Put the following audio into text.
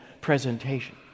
presentation